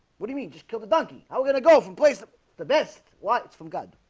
what do you mean just kill the donkey? how we're gonna go from place the the best why it's from god